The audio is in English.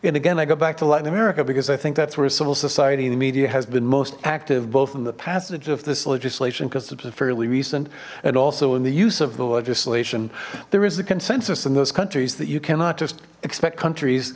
and again i go back to latin america because i think that's where civil society in the media has been most active both in the passage of this legislation because it's fairly recent and also in the use of the legislation there is the consensus in those countries that you cannot just expect countries